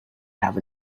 have